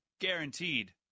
Guaranteed